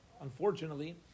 unfortunately